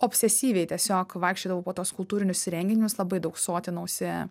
obsesyviai tiesiog vaikščiodavau po tuos kultūrinius renginius labai daug sotinausi